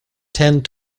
tend